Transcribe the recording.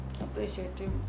appreciative